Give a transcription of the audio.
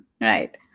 Right